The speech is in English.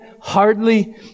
hardly